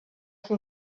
can